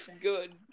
good